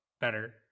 better